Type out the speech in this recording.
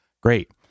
great